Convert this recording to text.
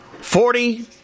Forty